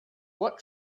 what